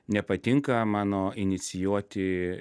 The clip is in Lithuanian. nepatinka mano inicijuoti